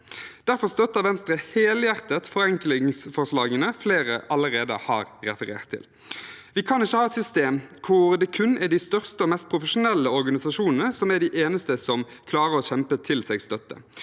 Derfor støtter Venstre helhjertet forenklingsforslagene flere allerede har referert til. Vi kan ikke ha et system hvor det kun er de største og mest profesjonelle organisasjonene som klarer å kjempe til seg støtte.